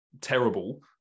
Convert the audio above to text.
terrible